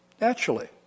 naturally